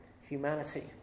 humanity